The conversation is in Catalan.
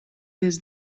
des